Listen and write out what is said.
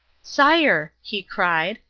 sire, he cried,